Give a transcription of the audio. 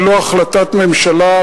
ללא החלטת ממשלה,